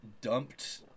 dumped